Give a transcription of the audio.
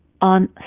on